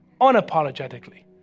unapologetically